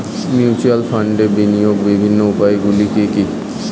Mutual ফান্ডে বিনিয়োগের বিভিন্ন উপায়গুলি কি কি?